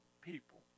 people